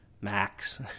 max